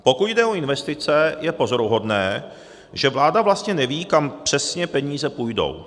Pokud jde o investice, je pozoruhodné, že vláda vlastně neví, kam přesně peníze půjdou.